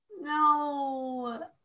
No